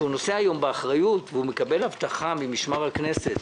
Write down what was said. שהוא נושא היום באחריות והוא מקבל אבטחה ממשמר הכנסת